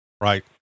Right